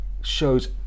shows